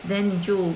then 你就